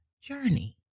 journey